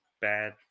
Bad